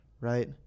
right